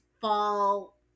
fall